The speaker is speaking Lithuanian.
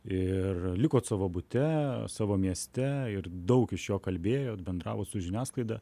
ir likot savo bute savo mieste ir daug iš jo kalbėjot bendravot su žiniasklaida